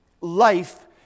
life